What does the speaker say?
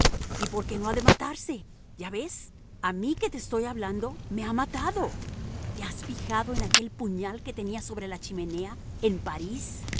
y por qué no ha de matarse ya ves a mí que te estoy hablando me ha matado te has fijado en aquel puñal que tenía sobre su chimenea en parís